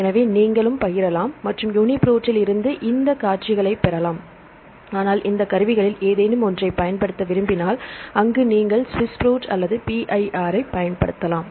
எனவே நீங்கள் பகிரலாம் மற்றும் யூனிபிரோட்டிலிருந்து இந்த காட்சிகளைப் பெறலாம் ஆனால் இந்த கருவிகளில் ஏதேனும் ஒன்றைப் பயன்படுத்த விரும்பினால் அங்கு நீங்கள் ஸ்விஸ் புரோட் அல்லது PIR ப் பயன்படுத்தலாம்